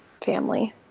family